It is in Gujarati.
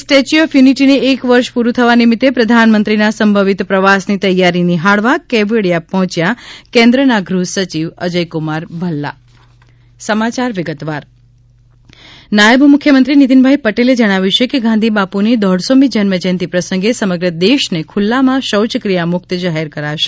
સ્ટેચ્યુ ઓફ યુનિટિને એક વર્ષ પુરૂ થવા નિમિત્તે પ્રધાનમંત્રીના સંભવિત પ્રવાસની તૈયારી નિહાળવા કેવડીયા પહોંચ્યા કેન્દ્રના ગૃહસચિવ અજયકુમાર ભલ્લા નાયબ મુખ્યમંત્રી નિતીનભાઇ પટેલે જણાવ્યું છે કે ગાંધીબાપુની દોઢસોમી જન્મ જયંતિ પ્રસંગે સમગ્ર દેશને ખુલ્લામાં શૌચક્રિયાથી મુક્ત જાહેર કરાશે